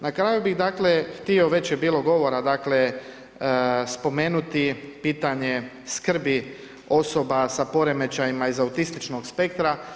Na kraju bih htio, već je bilo govora, spomenuti pitanje skrbi osoba sa poremećajima iz autističnog spektra.